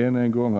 Än en gång